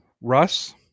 Russ